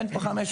אין פה 500,000,